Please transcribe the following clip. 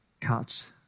cut